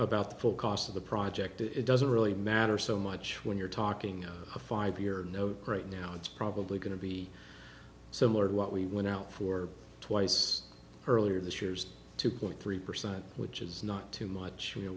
about the full cost of the project it doesn't really matter so much when you're talking a five year note right now it's probably going to be similar to what we went out for twice earlier this years two point three percent which is not too much you know